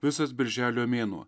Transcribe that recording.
visas birželio mėnuo